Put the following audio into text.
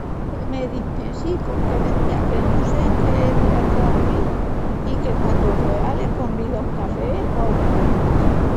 Que me dispensi con querencia, que no se ni en que día estó a vivil i que quandu puea le convidu a un café o a unas galimbas.